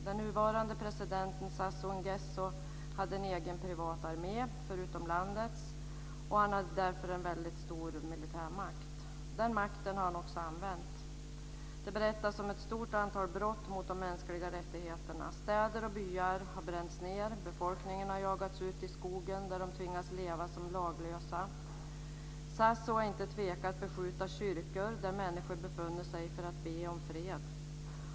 Den nuvarande presidenten Sassou Nguesso hade en egen privat armé förutom landets och hade därför en mycket stor militär makt. Den makten har han också använt. Det berättas om ett stort antal brott mot de mänskliga rättigheterna. Städer och byar har bränts ned, och befolkningen har jagats ut i skogen där de tvingats leva som laglösa. Sassou har inte tvekat att beskjuta kyrkor där människor befunnit sig för att be om fred.